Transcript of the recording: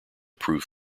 proof